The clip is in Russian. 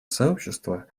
сообщество